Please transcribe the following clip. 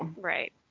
right